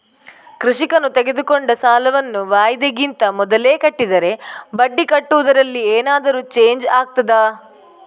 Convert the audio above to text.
ಕೃಷಿಕನು ತೆಗೆದುಕೊಂಡ ಸಾಲವನ್ನು ವಾಯಿದೆಗಿಂತ ಮೊದಲೇ ಕಟ್ಟಿದರೆ ಬಡ್ಡಿ ಕಟ್ಟುವುದರಲ್ಲಿ ಏನಾದರೂ ಚೇಂಜ್ ಆಗ್ತದಾ?